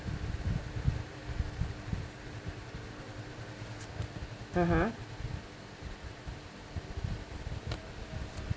(uh huh)